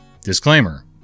Disclaimer